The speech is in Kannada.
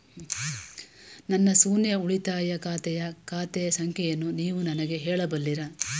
ನನ್ನ ಶೂನ್ಯ ಉಳಿತಾಯ ಖಾತೆಯ ಖಾತೆ ಸಂಖ್ಯೆಯನ್ನು ನೀವು ನನಗೆ ಹೇಳಬಲ್ಲಿರಾ?